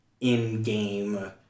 in-game